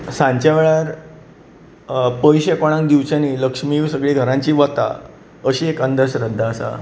सांजच्या वेळार पयशे कोणाक दिवची न्ही लक्ष्मी ही सगळीं घरांची वता अशी एक अंधश्रद्धा आसा